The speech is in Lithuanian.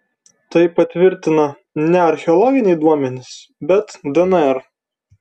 tai patvirtina ne archeologiniai duomenys bet dnr